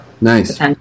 Nice